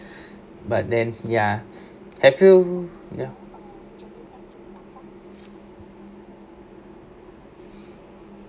but then ya have you ya